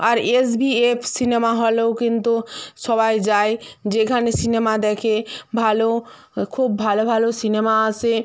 আর SVF cinema হলেও কিন্তু সবাই যায় যেখানে সিনেমা দেখে ভালো খুব ভালো ভালো সিনেমা আসে